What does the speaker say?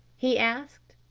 he asked.